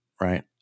right